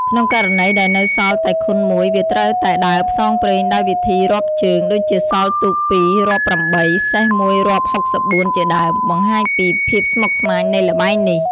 ក្នុងករណីដែលនៅសល់តែខុនមួយ វាត្រូវតែដើរផ្សងព្រេងដោយវិធីរាប់ជើង ដូចជាសល់ទូក២រាប់៨ សេះ១រាប់៦៤ ជាដើម បង្ហាញពីភាពស្មុគស្មាញនៃល្បែងនេះ។